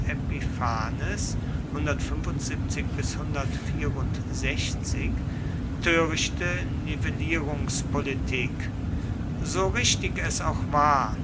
antiochos epiphanes törichte nivellierungspolitik so richtig es auch war